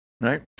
right